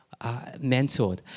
mentored